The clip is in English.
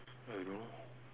I don't know